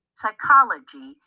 Psychology